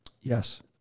yes